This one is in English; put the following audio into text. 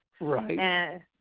Right